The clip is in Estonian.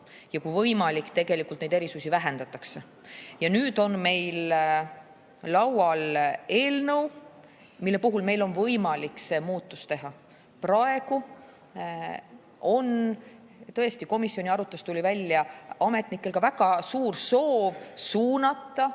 ja kui võimalik, tegelikult neid erisusi vähendataks. Ja nüüd on meil laual eelnõu, mille abil meil on võimalik see muudatus teha. Praegu tõesti komisjoni arutelust tuli välja, et ametnikel on ka väga suur soov suunata